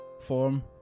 form